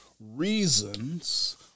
reasons